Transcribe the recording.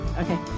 Okay